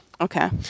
Okay